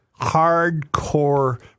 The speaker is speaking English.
hardcore